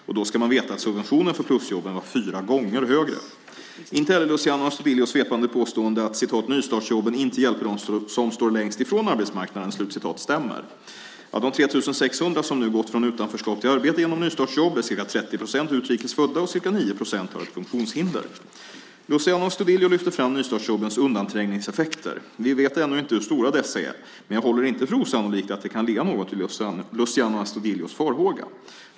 Och då ska man veta att subventionen för plusjobben var fyra gånger högre. Inte heller Luciano Astudillos svepande påstående att "nystartsjobben inte hjälper dem som står längst från arbetsmarknaden" stämmer. Av de 3 600 som nu gått från utanförskap till arbete genom nystartsjobb är ca 30 procent utrikes födda, och ca 9 procent har ett funktionshinder. Luciano Astudillo lyfter fram nystartjobbens undanträngningseffekter. Vi vet ännu inte hur stora dessa är, men jag håller det inte för osannolikt att det kan ligga något i Luciano Astudillos farhåga.